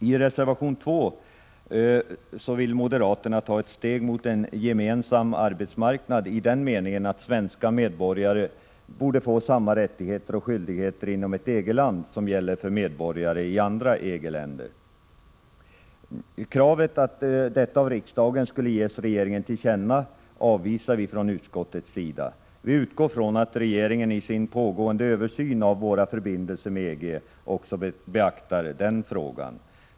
I reservation nr 2 vill moderaterna ta ett steg mot en gemensam arbetsmarknad i den meningen, att svenska medborgare borde få samma rättigheter och skyldigheter inom ett EG-land som gäller för medborgare i andra EG-länder. Kravet att det av riksdagen skulle ges regeringen till känna avvisar vi från utskottsmajoritetens sida. Vi utgår ifrån att regeringen i sin pågående översyn av våra förbindelser med EG även beaktar denna fråga.